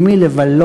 עם מי לבלות,